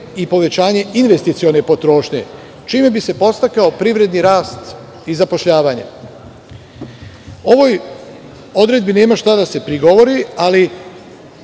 i povećanje investicione potrošnje, čime bi se podstakao privredni rast i zapošljavanje“.Ovoj odredbi nema šta da se prigovori, ali